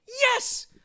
Yes